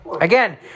Again